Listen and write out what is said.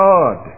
God